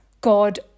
God